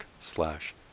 slash